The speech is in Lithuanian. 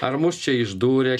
ar mus čia išdūrė